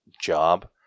job